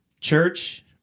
church